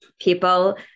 people